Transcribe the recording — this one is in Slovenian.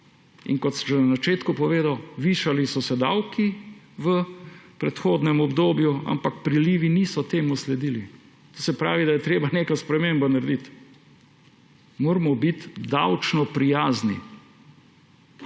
ni. Kot sem že na začetku povedal, višali so se davki v predhodnem obdobju, ampak prilivi niso temu sledili. Se pravi, da je treba neko spremembo narediti, moramo biti davčno prijazni.